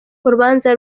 urubanza